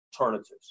alternatives